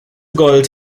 gold